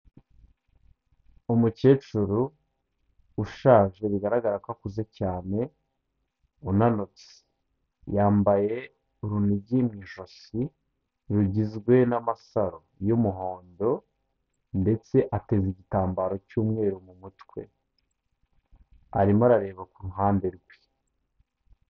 Umukecuru ushaje bigaragara ko akuze cyane unanutse. Yambaye urunigi mu ijosi rugizwe n'amasaro y'umuhondo, ndetse ateza igitambaro cy'umweru mu mutwe. Arimo arareba ku ruhande rwe.